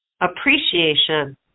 appreciation